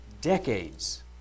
decades